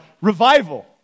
revival